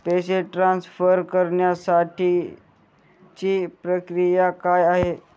पैसे ट्रान्सफर करण्यासाठीची प्रक्रिया काय आहे?